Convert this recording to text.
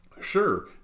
sure